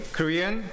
Korean